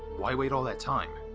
why wait all that time?